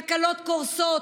כלכלות קורסות,